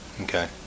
Okay